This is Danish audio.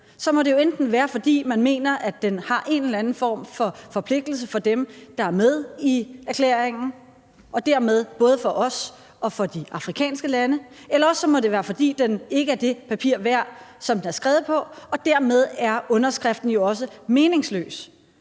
må det jo enten være, fordi man mener, at den har en eller anden form for forpligtelse for dem, der er med i erklæringen, og dermed både for os og for de afrikanske lande, eller også må det være, fordi den ikke er det papir værd, den er skrevet på. Og dermed er underskriften jo også meningsløs.